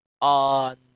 on